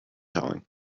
telling